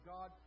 God